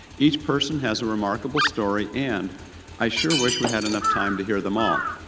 each person has a remarkable story and i sure wish we had enough time to hear them all!